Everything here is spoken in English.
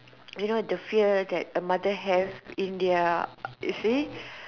you know the fear that a mother have in there you see